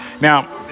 Now